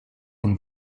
und